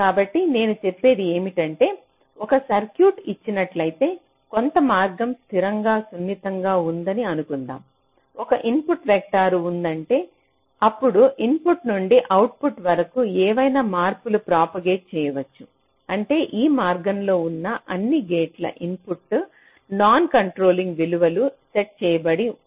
కాబట్టి నేను చెప్పేది ఏమిటంటే ఒక సర్క్యూట్ ఇచ్చినట్లయితే కొంత మార్గం స్థిరంగా సున్నితంగా ఉందని అనుకుందాం ఒక ఇన్పుట్ వెక్టర్ ఉందంటే అప్పుడు ఇన్పుట్ నుండి అవుట్పుట్ వరకు ఏవైనా మార్పులను ప్రాపగేట్ చేయవచ్చు అంటే ఆ మార్గంలో ఉన్న అన్ని గేట్లు ఇన్పుట్ నాన్ కంట్రోలింగ్ విలువలు సెట్ చేయబడింది